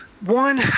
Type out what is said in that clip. one